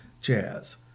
jazz